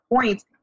points